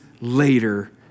later